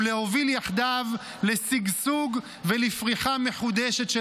ולהוביל יחדיו לשגשוג ולפריחה מחודשת של